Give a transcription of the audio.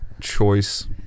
choice